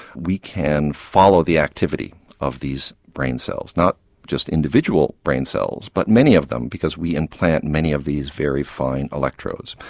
we can follow the activity of these brain cells. not just individual brain cells but many of them because we implant many of these very fine electrodes.